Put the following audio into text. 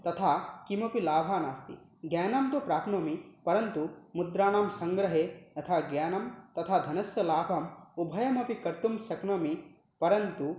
तथा किमपि लाभः नास्ति ज्ञानन्तु प्राप्नोमि परन्तु मुद्राणां सङ्ग्रहे यथा ज्ञानं तथा धनस्य लाभम् उभयमपि कर्तुं शक्नोमि परन्तु